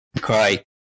cry